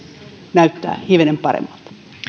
näyttää hivenen paremmalta